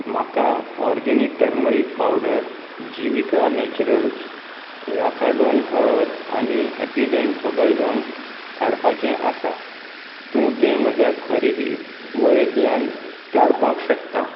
म्हाका organic turmeric powder Jiwika Naturals Lakadong हळद आनी हॅपीडेंट बबल गम काडपाचें आसा तूं तें म्हज्या खरेदी वळेरेंतल्यान काडपाक शकता